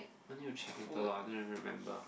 I need to check later lor I don't really remember